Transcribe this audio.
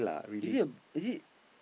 is it a is it